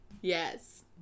Yes